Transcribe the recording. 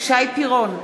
שי פירון,